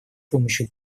помощью